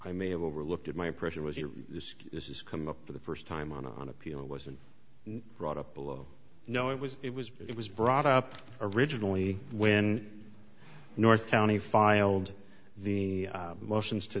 i may have overlooked it my impression was here this is come up for the first time on appeal it wasn't brought up below no it was it was it was brought up originally when north county filed the motions to